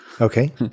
Okay